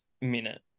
minute